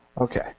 Okay